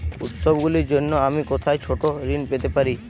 উত্সবগুলির জন্য আমি কোথায় ছোট ঋণ পেতে পারি?